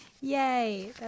yay